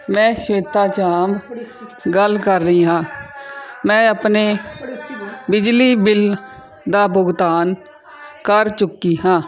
ਮੈਂ ਸ਼ੇਤਾ ਚਾਮ ਗੱਲ ਕਰ ਰਹੀ ਹਾਂ ਮੈਂ ਆਪਣੇ ਬਿਜਲੀ ਬਿੱਲ ਦਾ ਭੁਗਤਾਨ ਕਰ ਚੁੱਕੀ ਹਾਂ